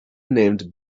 named